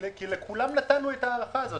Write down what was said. כי לכולם נתנו את ההארכה הזאת.